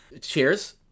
Cheers